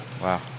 Wow